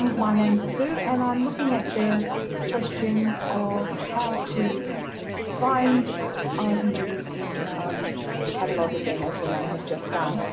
um my name's sue and i'm looking at the question of how to find items in in the catalogue, again as renee has just done,